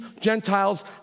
Gentiles